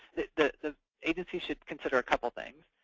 the the agency should consider a couple things.